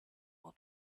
will